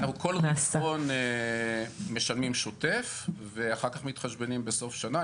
המצב עכשיו הוא שאנחנו כל רבעון משלמים שוטף ואחר כך מתחשבים בסוף שנה.